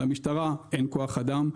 למשטרה אין כוח אדם,